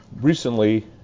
Recently